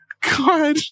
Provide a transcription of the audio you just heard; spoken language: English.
God